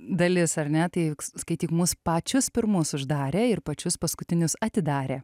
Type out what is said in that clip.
dalis ar ne tai skaityk mus pačius pirmus uždarė ir pačius paskutinius atidarė